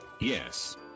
Yes